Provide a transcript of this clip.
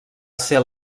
ser